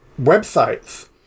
websites